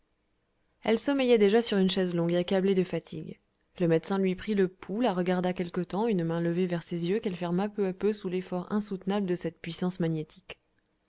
elle sommeillait déjà sur une chaise longue accablée de fatigue le médecin lui prit le pouls la regarda quelque temps une main levée vers ses yeux qu'elle ferma peu à peu sous l'effort insoutenable de cette puissance magnétique